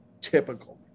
Typical